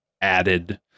added